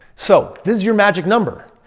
so, this is your magic number.